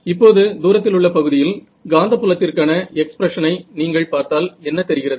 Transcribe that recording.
இப்போது தூரத்திலுள்ள பகுதியில் காந்தப் புலத்திற்கான எக்ஸ்ப்ரஷனை நீங்கள் பார்த்தால் என்ன தெரிகிறது